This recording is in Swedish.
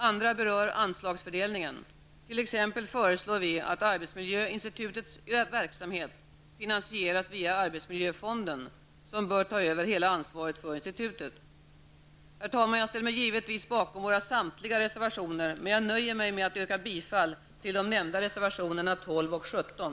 Andra berör att arbetsmiljöinstitutets verksamhet bör finansieras via arbetsmiljöfonden, som bör ta över hela ansvaret för institutet. Herr talman! Jag ställer mig givetvis bakom våra samtliga reservationer men nöjer mig med att yrka bifall till de nämnda 12 och 17.